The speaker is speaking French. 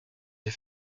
les